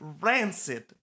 rancid